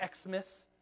Xmas